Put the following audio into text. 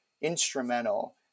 instrumental